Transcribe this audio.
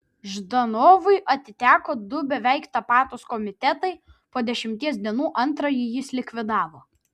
ždanovui atiteko du beveik tapatūs komitetai po dešimties dienų antrąjį jis likvidavo